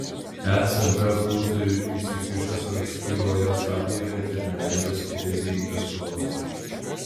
ecb būtų įsikišęs ankstyvoje stadijoje ir neleidęs krizei eskaluotis